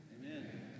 amen